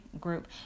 group